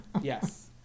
Yes